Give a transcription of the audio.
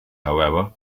however